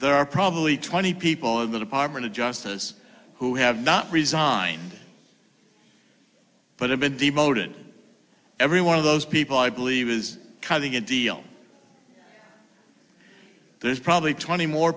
there are probably twenty people in the department of justice who have not resign but have been demoted every one of those people i believe is cutting a deal there's probably twenty more